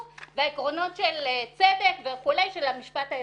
ועקרונות של צדק וכולי של המשפט האזרחי.